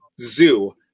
Zoo